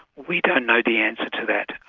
we don't know the answer to that.